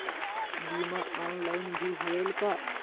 बीमा ऑनलाइन भी होयल का?